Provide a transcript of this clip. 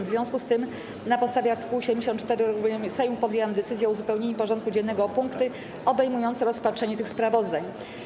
W związku z tym, na postawie art. 74 regulaminu Sejmu, podjęłam decyzję o uzupełnieniu porządku dziennego o punkty obejmujące rozpatrzenie tych sprawozdań.